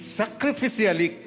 sacrificially